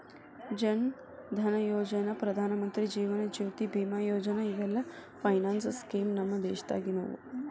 ಜನ್ ಧನಯೋಜನಾ, ಪ್ರಧಾನಮಂತ್ರಿ ಜೇವನ ಜ್ಯೋತಿ ಬಿಮಾ ಯೋಜನಾ ಇವೆಲ್ಲ finance scheme ನಮ್ ದೇಶದಾಗಿನವು